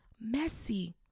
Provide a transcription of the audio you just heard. Messy